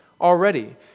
already